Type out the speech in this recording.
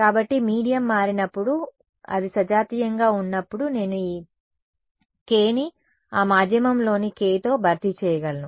కాబట్టి మీడియం మారినప్పుడు కానీ అది సజాతీయంగా ఉన్నప్పుడు నేను ఈ k ని ఆ మాధ్యమంలోని k తో భర్తీ చేయగలను